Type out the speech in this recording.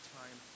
time